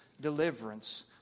deliverance